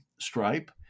stripe